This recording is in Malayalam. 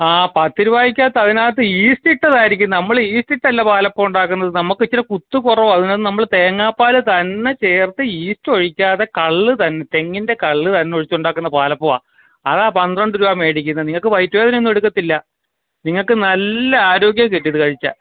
ആ പത്ത് രൂപയ്ക്കകത്ത് അതിനകത്ത് ഈസ്റ്റിട്ടതായിരിക്കും നമ്മൾ ഈസ്റ്റിട്ടല്ല പാലപ്പം ഉണ്ടാക്കുന്നത് നമ്മളിച്ചിരി കുത്ത് കുറവാണ് അതിന് നമ്മൾ തേങ്ങാപ്പാൽ തന്നെ ചേർത്ത് ഈസ്റ്റൊഴിക്കാതെ കള്ളു തൻ തെങ്ങിൻ്റെ കള്ള് തന്നെ ഒഴിച്ചുണ്ടാക്കുന്ന പാലപ്പമാണ് അതാണ് പന്ത്രണ്ട് രൂപാ മേടിക്കുന്നത് നിങ്ങൾക്ക് വയറു വേദനയൊന്നും എടുക്കത്തില്ല നിങ്ങൾക്ക് നല്ല ആരോഗ്യം കിട്ടും ഇതു കഴിച്ചാണ്